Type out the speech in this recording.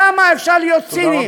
כמה אפשר להיות ציניים?